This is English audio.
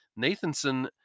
Nathanson